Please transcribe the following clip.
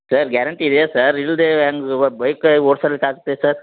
sir guarantee ಇದೆ sir ಇಲ್ದೇ ಹೆಂಗ್ ಬೈಕ್ ಓಡ್ಸೋದಕ್ಕೆ ಆಗ್ತದೆ ಸರ್